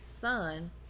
son